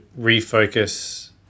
refocus